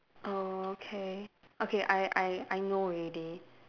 okay okay I I I know already